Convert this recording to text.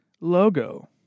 Logo